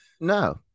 no